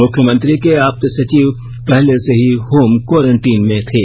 मुख्यमंत्री के आप्त सचिव पहले से ही होम कोरेंटीन में थे